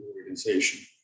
organization